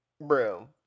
Bro